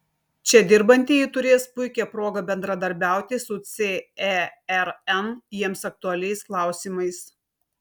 čia dirbantieji turės puikią progą bendradarbiauti su cern jiems aktualiais klausimais